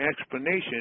explanation